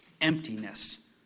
emptiness